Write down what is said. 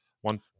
One